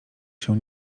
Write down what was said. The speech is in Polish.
się